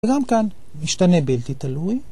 וגם כאן משתנה בלתי תלוי